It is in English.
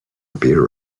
appear